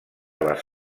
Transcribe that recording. les